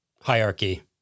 hierarchy